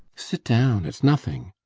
sit down. it's nothing.